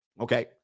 okay